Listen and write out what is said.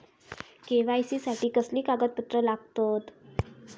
KYC साठी कसली कागदपत्र लागतत?